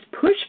push